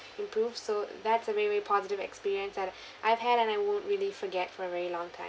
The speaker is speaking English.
improve so that's a very very positive experience that uh I've had and I won't really forget for a very long time